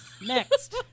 Next